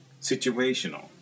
situational